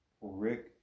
Rick